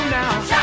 now